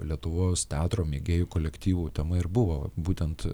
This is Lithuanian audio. lietuvos teatro mėgėjų kolektyvų tema ir buvo būtent